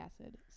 acid